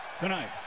tonight